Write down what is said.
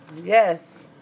Yes